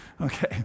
Okay